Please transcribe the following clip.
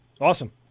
Awesome